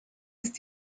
ist